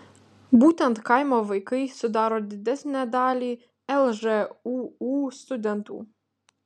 būtent kaimo vaikai sudaro didesnę dalį lžūu studentų